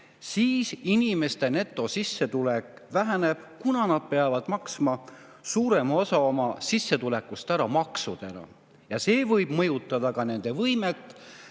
siis inimeste netosissetulek väheneb, kuna nad peavad maksma suurema osa oma sissetulekust ära maksudena. Ja see võib mõjutada ka nende võimet